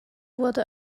wurde